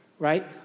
right